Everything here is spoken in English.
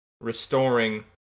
restoring